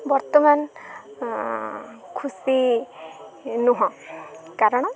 ବର୍ତ୍ତମାନ ଖୁସି ନୁହଁ କାରଣ